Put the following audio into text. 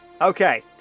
Okay